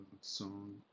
song